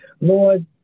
Lord